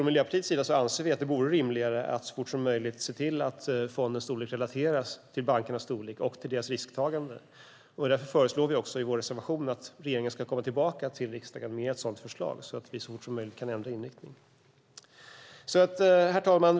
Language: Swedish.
Miljöpartiet anser att det vore rimligare att så fort som möjligt se till att fondens storlek relateras till bankernas storlek och till deras risktagande. Därför föreslår vi i vår reservation att regeringen ska komma tillbaka till riksdagen med ett sådant förslag så att vi så fort som möjligt kan ändra inriktning. Herr talman!